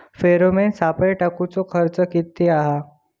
Pheromone सापळे टाकूचो खर्च किती हा?